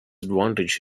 advantage